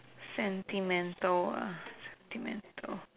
sentimental ah sentimental